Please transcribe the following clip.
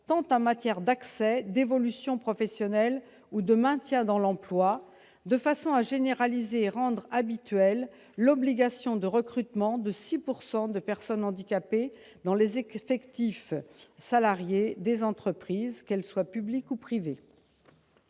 aidants en matière tant d'accès, d'évolution professionnelle que de maintien dans l'emploi, afin de généraliser et de rendre habituelle l'obligation de recrutement de 6 % de personnes handicapées dans les effectifs salariés des entreprises, qu'elles soient publiques ou privées.